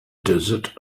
desert